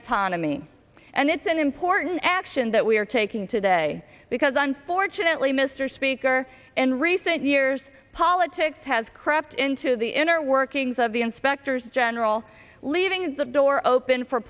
autonomy and it's an important action that we are taking today because unfortunately mr speaker in recent years politics has crept into the inner workings of the inspectors general leaving the door open for